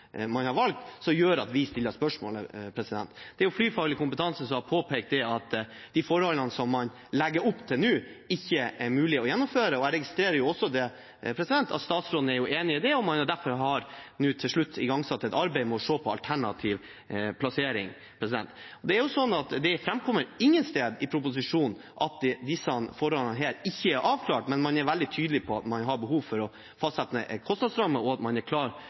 gjør at vi stiller spørsmål. Det er jo flyfaglig kompetanse som har påpekt at med de forholdene man legger opp til nå, er det ikke mulig å gjennomføre. Jeg registrerer også at statsråden er enig i det, og det er derfor man nå, til slutt, har igangsatt et arbeid med å se på en alternativ plassering. Det framkommer ingen steder i proposisjonen at disse forholdene ikke er avklart, men man er veldig tydelig på at man har behov for å fastsette en kostnadsramme, og at man er klar